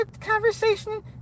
conversation